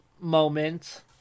moment